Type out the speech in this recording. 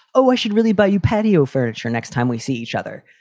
oh, i should really buy you patio furniture next time we see each other.